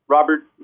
Robert